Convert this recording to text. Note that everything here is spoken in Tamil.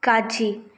காட்சி